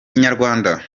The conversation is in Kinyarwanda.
inyarwanda